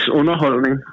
underholdning